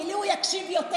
כי לי הוא יקשיב יותר,